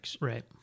Right